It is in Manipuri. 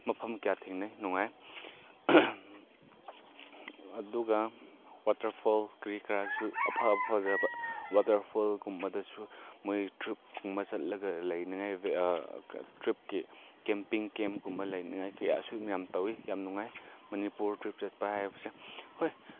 ꯃꯐꯝ ꯀꯌꯥ ꯊꯦꯡꯅꯩ ꯅꯨꯡꯉꯥꯏ ꯑꯗꯨꯒ ꯋꯥꯇꯔꯐꯣꯜ ꯀ꯭ꯔꯤ ꯀꯔꯥꯁꯨ ꯑꯐ ꯐꯖꯕ ꯋꯥꯇꯦꯔꯐꯣꯜꯒꯨꯝꯕꯗꯁꯨ ꯃꯣꯏ ꯇ꯭ꯔꯤꯞꯀꯨꯝꯕ ꯆꯠꯂꯒ ꯂꯩꯅꯉꯥꯏ ꯇ꯭ꯔꯤꯞꯀꯤ ꯀꯦꯝꯄꯤꯡ ꯀꯦꯝꯒꯨꯝꯕ ꯂꯩꯅꯉꯥꯏ ꯀꯌꯥꯁꯨ ꯌꯥꯝ ꯇꯧꯏ ꯌꯥꯝ ꯅꯨꯡꯉꯥꯏ ꯃꯅꯤꯄꯨꯔ ꯇ꯭ꯔꯤꯞ ꯆꯠꯄ ꯍꯥꯏꯕꯁꯦ ꯍꯣꯏ